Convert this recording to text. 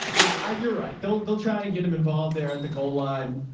i you're right. they'll they'll try and get them involved. they're at the goal line,